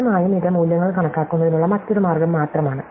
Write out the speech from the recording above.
വ്യക്തമായും ഇത് മൂല്യങ്ങൾ കണക്കാക്കുന്നതിനുള്ള മറ്റൊരു മാർഗ്ഗം മാത്രമാണ്